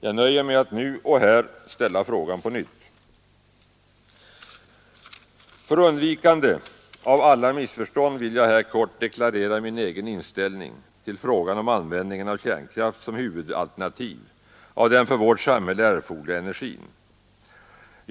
Jag nöjer mig med att nu och här ställa frågan på nytt. För undvikande av alla missförstånd vill jag här kort deklarera min egen inställning till frågan om användningen av kärnkraft som huvudalternativ för den för vårt samhälle erforderliga energin.